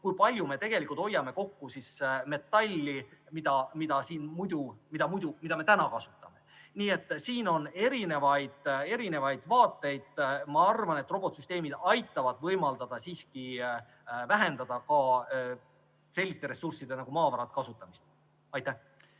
kui palju me tegelikult hoiaksime kokku metalli, mida praegu kasutame. Siin on erinevaid vaateid. Ma arvan, et robotsüsteemid siiski võimaldada vähendada ka selliste ressursside nagu maavarade kasutamist.